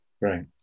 Right